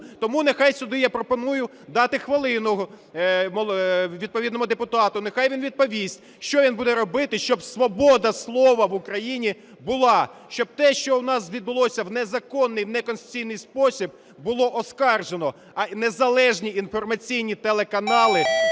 Тому нехай сюди, я пропоную, дати хвилину відповідному депутату, нехай він відповість, що він буде робити, щоб свобода слова в Україні була, щоб те, що у нас відбулося в незаконний, в неконституційний спосіб, було оскаржено, а незалежні інформаційні телеканали